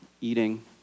eating